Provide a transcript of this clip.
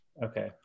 Okay